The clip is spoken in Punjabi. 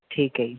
ਠੀਕ ਹੈ ਜੀ